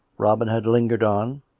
robin had lingered on,